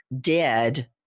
dead